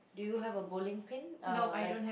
do you have a bowling pin uh like